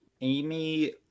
Amy